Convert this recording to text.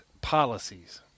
policies